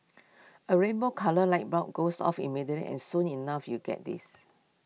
A rainbow coloured light bulb goes off immediately and soon enough you get this